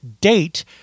date